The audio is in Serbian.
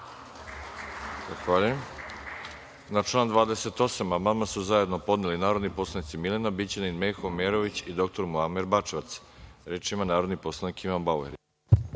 Zahvaljujem. Na član 28. amandman su zajedno podneli narodni poslanici Milena Bićanin, Meho Omerović i dr Muamer Bačevac. Reč ima narodni poslanik Ivan Bauer.